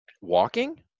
Walking